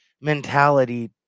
mentality